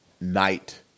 night